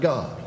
God